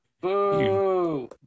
Boo